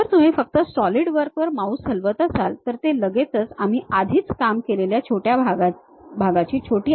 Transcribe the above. जर तुम्ही फक्त सॉलिडवर्कवर माउस हलवत असाल तर ते लगेचच आम्ही आधीच काम केलेल्या भागाची छोटी आवृत्ती आपल्याला दिसते